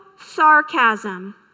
sarcasm